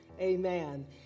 Amen